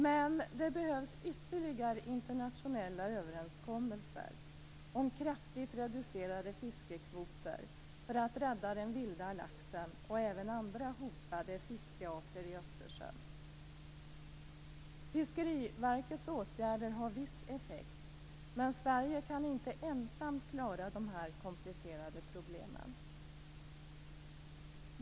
Men det behövs ytterligare internationella överenskommelser om kraftigt reducerade fiskekvoter för att rädda den vilda laxen och även andra hotade fiskarter i Östersjön. Fiskeriverkets åtgärder har viss effekt, men Sverige kan inte ensamt klara de komplicerade problemen.